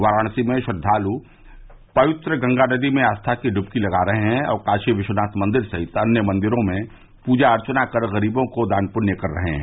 वाराणसी में श्रद्वालु पवित्र गंगा नदी में आस्था की डुबकी लगा रहे हैं और काशी विश्वनाथ मंदिर सहित अन्य मंदिरों में पूजा अर्चना कर गरीबों को दान पुण्य कर रहे हैं